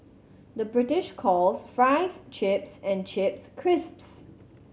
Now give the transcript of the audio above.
the British calls fries chips and chips crisps